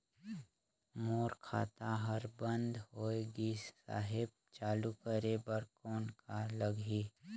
मोर खाता हर बंद होय गिस साहेब चालू करे बार कौन का लगही?